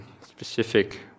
specific